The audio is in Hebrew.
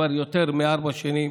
כבר יותר מארבע שנים